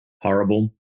horrible